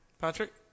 Patrick